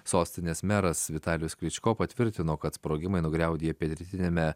sostinės meras vitalijus kličko patvirtino kad sprogimai nugriaudėjo pietrytiniame